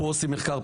פה עושים מחקר,